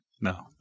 No